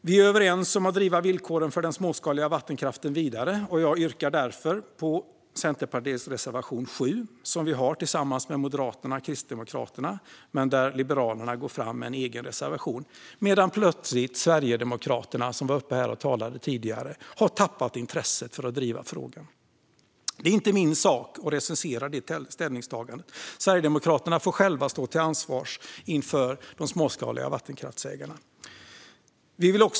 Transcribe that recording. Vi är överens om att driva villkoren för den småskaliga vattenkraften vidare, och jag yrkar därför bifall Centerpartiets reservation 7, som vi har tillsammans med Moderaterna och Kristdemokraterna. Liberalerna går fram med en egen reservation. Sverigedemokraterna, som talade här tidigare, har plötsligt tappat intresset för att driva frågan. Det är inte min sak att recensera det ställningstagandet, utan Sverigedemokraterna får själva stå till svars inför de småskaliga vattenkraftsägarna.